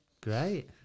great